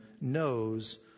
knows